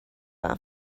our